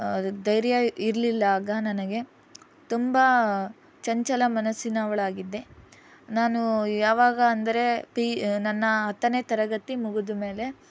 ಧೈರ್ಯ ಇರಲಿಲ್ಲ ಆಗ ನನಗೆ ತುಂಬ ಚಂಚಲ ಮನಸ್ಸಿನವಳಾಗಿದ್ದೆ ನಾನು ಯಾವಾಗ ಅಂದರೆ ಪಿ ನನ್ನ ಹತ್ತನೇ ತರಗತಿ ಮುಗಿದ್ಮೇಲೆ